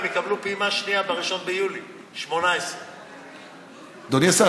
הם יקבלו פעימה שנייה ב-1 ביולי 2018. אדוני השר,